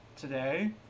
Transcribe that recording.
today